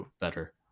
better